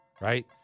Right